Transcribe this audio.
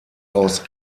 aus